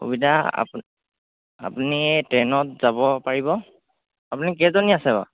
সুবিধা আপ আপুনি ট্ৰেইনত যাব পাৰিব আপুনি কেইজনী আছে বাৰু